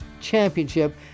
Championship